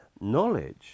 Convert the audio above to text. Knowledge